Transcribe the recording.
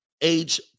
age